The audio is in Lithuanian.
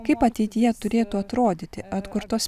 kaip ateityje turėtų atrodyti atkurtos